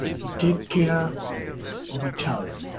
to take care of a child.